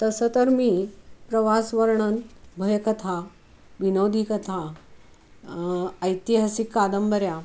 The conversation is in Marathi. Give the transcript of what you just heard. तसं तर मी प्रवासवर्णन भयकथा विनोदी कथा ऐतिहासिक कादंबऱ्या